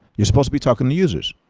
you're supposed to be talking to users,